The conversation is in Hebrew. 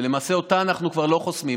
ולמעשה אותה אנחנו כבר לא חוסמים.